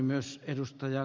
arvoisa puhemies